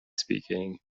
speaking